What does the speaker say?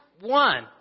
one